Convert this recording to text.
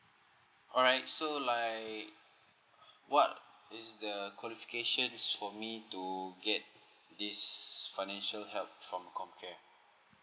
alright so like what is the qualifications for me to get this financial help from comcare